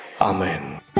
Amen